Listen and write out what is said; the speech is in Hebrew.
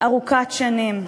ארוכת שנים,